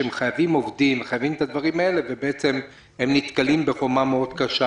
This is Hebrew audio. שהם חייבים עובדים ואת הדברים האלה והם נתקלים בחומה מאוד קשה.